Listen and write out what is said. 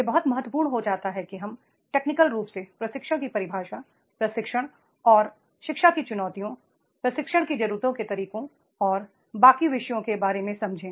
यह बहुत महत्वपूर्ण हो जाता है कि हम टेक्निकल रूप से प्रशिक्षण की परिभाषा प्रशिक्षण और शिक्षा की चुनौतियों प्रशिक्षण की जरूरतों के तरीकों और बाकी विषयों के बारे में समझें